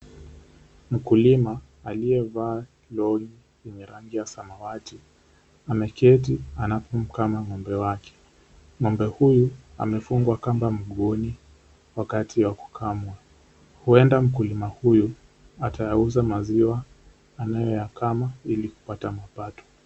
Mkulima aliyevaa longi yenye rangi ya samawati ameketi anapomkama ng'ombe wake, ng'ombe huyu amefungwa kamba mguuni wakati wa kukamwa, huenda mkulima huyu atauza maziwa anayoyakama ili kupata mapato.